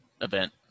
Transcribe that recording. event